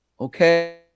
Okay